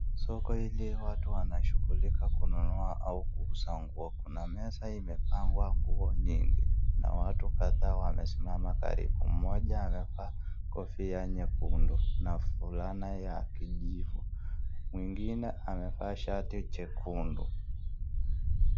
Soko hili watu wanashughulika kununua au kuuza nguo. Kuna meza imepangwa nguo nyingi na watu kadhaa wamesimama karibu na mmoja amevaa kofia nyekundu na fulana ya kijivu mwingine amevaa shati jekundu.